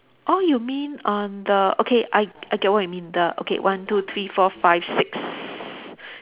oh you mean on the okay I I get what you mean the okay one two three four five six